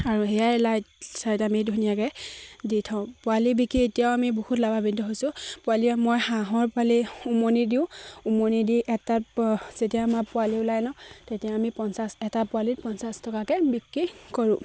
আৰু সেয়েই লাইট চাইট আমি ধুনীয়াকে দি থওঁ পোৱালি বিকি এতিয়াও আমি বহুত লাভাম্বিত হৈছোঁ পোৱালি মই হাঁহৰ পোৱালি উমনি দিওঁ উমনি দি এটাত যেতিয়া আমাৰ পোৱালি ওলাই ন তেতিয়া আমি পঞ্চাছ এটা পোৱালিত পঞ্চাছ টকাকে বিক্ৰী কৰোঁ